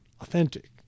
authentic